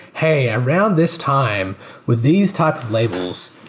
hey, around this time with these type of labels,